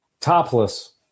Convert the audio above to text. topless